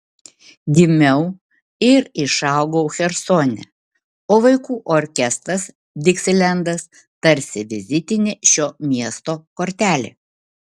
gimiau ir išaugau chersone o vaikų orkestras diksilendas tarsi vizitinė šio miesto kortelė